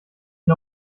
ihn